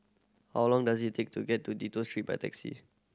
how long does it take to get to Dido Street by taxi